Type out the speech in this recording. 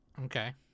okay